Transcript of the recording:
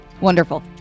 Wonderful